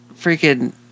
freaking